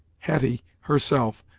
hetty, herself,